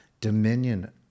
dominion